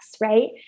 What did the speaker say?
right